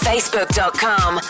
Facebook.com